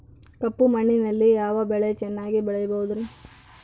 ಕಪ್ಪು ಮಣ್ಣಿನಲ್ಲಿ ಯಾವ ಬೆಳೆ ಚೆನ್ನಾಗಿ ಬೆಳೆಯಬಹುದ್ರಿ?